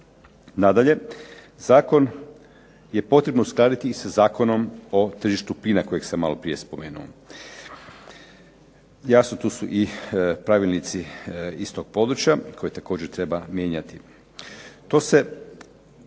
Nadalje, zakon je potrebno uskladiti i sa Zakonom o tržištu plina kojeg sam maloprije spomenuo. Jasno tu su i pravilnici iz tog područja koje također treba mijenjati. To se